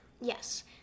Yes